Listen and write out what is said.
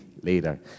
later